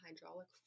hydraulic